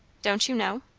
don't you know?